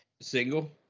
Single